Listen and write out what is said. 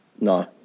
No